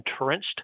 entrenched